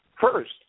First